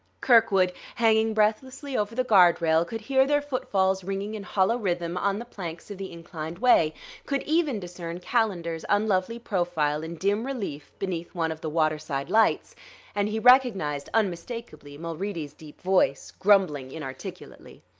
kirkwood, hanging breathlessly over the guard-rail, could hear their footfalls ringing in hollow rhythm on the planks of the inclined way could even discern calendar's unlovely profile in dim relief beneath one of the waterside lights and he recognized unmistakably mulready's deep voice, grumbling inarticulately.